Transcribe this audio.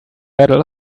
medal